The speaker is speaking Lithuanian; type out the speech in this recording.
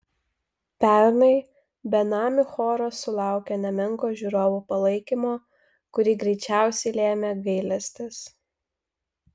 pernai benamių choras sulaukė nemenko žiūrovų palaikymo kurį greičiausiai lėmė gailestis